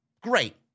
Great